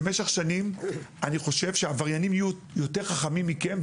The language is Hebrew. במשך שנים אני חושב שהעבריינים יהיו יותר חכמים מכם,